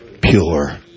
pure